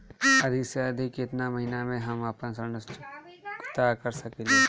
अधिक से अधिक केतना महीना में हम आपन ऋण चुकता कर सकी ले?